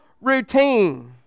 routine